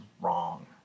wrong